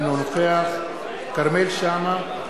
אינו נוכח כרמל שאמה,